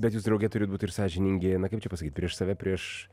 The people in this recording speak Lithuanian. bet jūs drauge turi būt ir sąžiningi na kaip čia pasakyt prieš save prieš